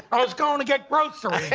i was going to get groceries.